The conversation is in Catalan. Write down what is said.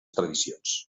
tradicions